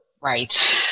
Right